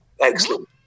Excellent